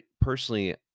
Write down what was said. personally